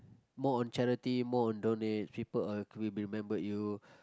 more on charity more on donate people will will remember you